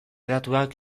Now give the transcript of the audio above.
datuak